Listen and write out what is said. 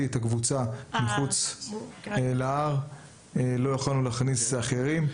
את הקבוצה מחוץ להר לא יכולנו להכניס אחרים.